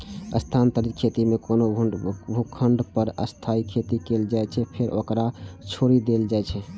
स्थानांतरित खेती मे कोनो भूखंड पर अस्थायी खेती कैल जाइ छै, फेर ओकरा छोड़ि देल जाइ छै